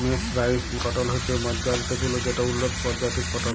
mercerised cotton হছে মাজ্জারিত তুলা যেট উল্লত পরজাতির কটল